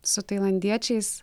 su tailandiečiais